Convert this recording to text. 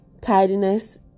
tidiness